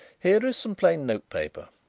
here is some plain notepaper.